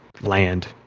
land